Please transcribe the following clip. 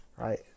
right